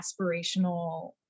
aspirational